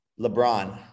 LeBron